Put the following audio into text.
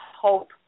hope